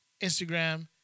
Instagram